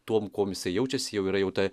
tuom kuom jisai jaučiasi jau yra jau ta